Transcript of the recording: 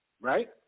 right